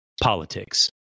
politics